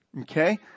Okay